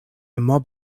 mob